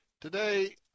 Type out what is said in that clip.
Today